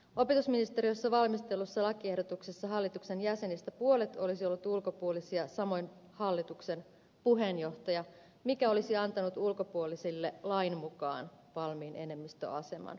opetusministeriössä valmistellussa lakiehdotuksessa hallituksen jäsenistä puolet olisivat olleet ulkopuolisia samoin hallituksen puheenjohtaja mikä olisi antanut ulkopuolisille lain mukaan valmiin enemmistöaseman